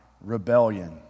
rebellion